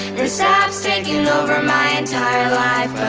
this ah app's taking over my entire life,